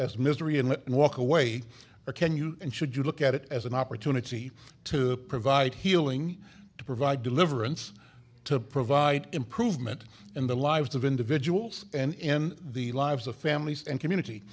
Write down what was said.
as misery and walk away or can you and should you look at it as an opportunity to provide healing to provide deliverance to provide improvement in the lives of individuals and in the lives of families and community